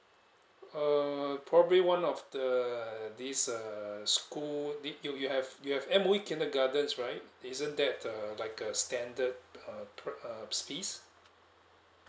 err probably one of the this err school did you you have you have M_O_E kindergartens right isn't that uh like a standard per~ fees